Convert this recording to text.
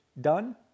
done